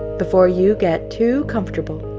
before you get too comfortable,